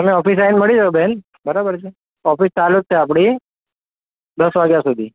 તમે ઓફિસ આવીને મળી જાવ બેન બરાબર છે ઓફિસ ચાલુ જ છે આપણી દસ વાગ્યા સુધી